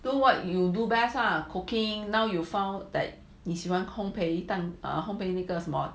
do what you do best are cooking now you found that 你喜欢烘培那个什么